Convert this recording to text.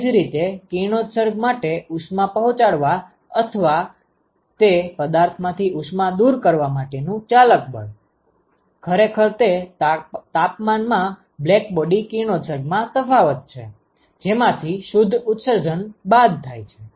એ જ રીતે કિરણોત્સર્ગ માટે ઉષ્મા પહોંચાડવા અથવા તે પદાર્થમાંથી ઉષ્મા દૂર કરવા માટેનું ચાલક બળ ખરેખર તે તાપમાનમાં બ્લેકબોડી કિરણોત્સર્ગ માં તફાવત છે જેમાંથી શુદ્ધ ઉત્સર્જન બાદ થાય છે